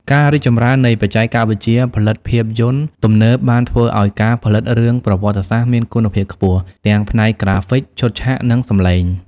ការរីកចម្រើននៃបច្ចេកវិទ្យាផលិតភាពយន្តទំនើបបានធ្វើឲ្យការផលិតរឿងប្រវត្តិសាស្ត្រមានគុណភាពខ្ពស់ ទាំងផ្នែក ក្រាហ្វិក ឈុតឆាក និងសំឡេង។